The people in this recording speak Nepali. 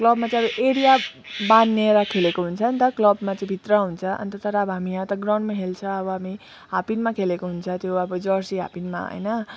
क्लबमा चाहिँ अब एरिया बाँधिएर खेलिएको हुन्छ नि त क्लबमा चाहिँ भित्र हुन्छ अन्त तर अब हामी यहाँ त ग्राउन्डमा खेल्छ अब हामी हाफप्यान्टमा खेलेको हुन्छ त्यो अब जर्सी हाफप्यान्टमा होइन